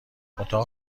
اتاق